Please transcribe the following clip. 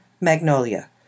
Magnolia